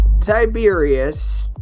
Tiberius